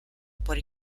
por